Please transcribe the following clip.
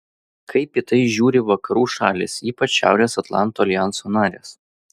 kaip į tai žiūri vakarų šalys ypač šiaurės atlanto aljanso narės